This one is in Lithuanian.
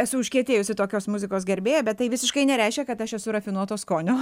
esu užkietėjusi tokios muzikos gerbėja bet tai visiškai nereiškia kad aš esu rafinuoto skonio